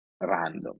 random